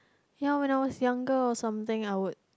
ya when I was younger or something I would